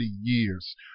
years